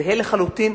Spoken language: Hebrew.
זהה לחלוטין.